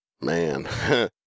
man